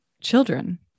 children